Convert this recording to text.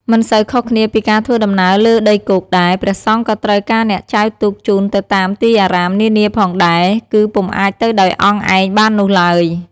មិនសូវខុសគ្នាពីការធ្វើដំណើរលើដីគោកដែរ ព្រះសង្ឃក៏ត្រូវការអ្នកចែវទូកជូនទៅតាមទីអារាមនានាផងដែរ គឺពុំអាចទៅដោយអង្គឯងបាននោះឡើយ។